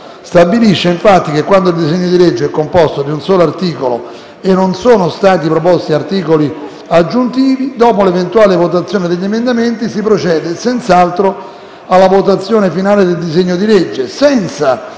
stabilisce, infatti, che quando il disegno di legge è composto di un solo articolo e non sono stati proposti articoli aggiuntivi, dopo l'eventuale votazione degli emendamenti si procede senz'altro alla votazione finale del disegno di legge,